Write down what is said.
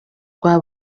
rwa